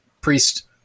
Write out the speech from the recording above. priest